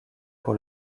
pour